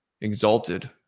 exalted